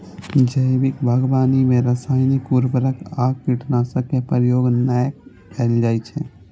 जैविक बागवानी मे रासायनिक उर्वरक आ कीटनाशक के प्रयोग नै कैल जाइ छै